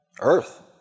Earth